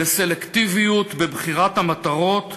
לסלקטיביות בבחירת המטרות,